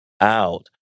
out